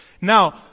Now